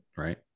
right